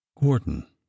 Gordon